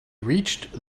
reached